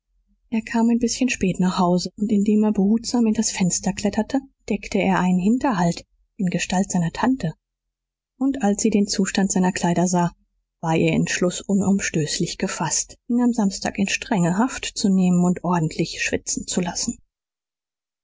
er kam ein bißchen spät nach haus und indem er behutsam in das fenster kletterte entdeckte er einen hinterhalt in gestalt seiner tante und als sie den zustand seiner kleider sah war ihr entschluß unumstößlich gefaßt ihn am samstag in strenge haft zu nehmen und ordentlich schwitzen zu lassen